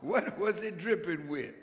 what was it dripping w